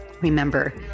Remember